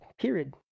Period